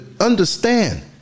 understand